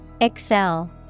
Excel